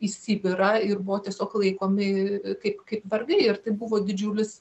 į sibirą ir buvo tiesiog laikomi kaip kaip vergai ir tai buvo didžiulis